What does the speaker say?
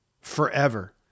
forever